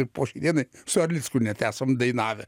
ir po šiai dienai su erlicku net esam dainavę